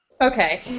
Okay